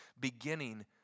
beginning